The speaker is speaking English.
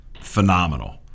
phenomenal